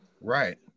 Right